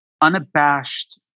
unabashed